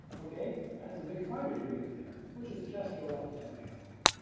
ah okay, that's a big file we created there, which is just around ten megabytes.